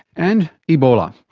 and ebola.